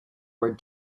were